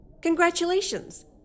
Congratulations